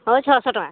ହଉ ଛଅଶହ ଟଙ୍କା